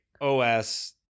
OS